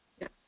Yes